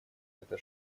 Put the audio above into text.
это